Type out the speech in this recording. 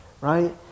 right